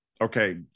Okay